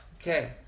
okay